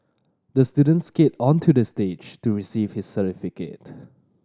the student skate onto the stage to receive his certificate